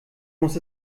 muss